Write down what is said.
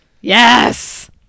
Yes